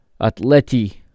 Atleti